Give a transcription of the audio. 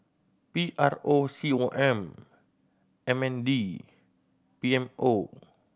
P R O C O M M N D P M O